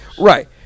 right